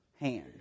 hand